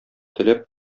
теләп